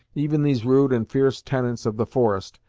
even these rude and fierce tenants of the forest,